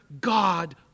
God